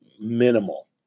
minimal